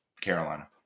Carolina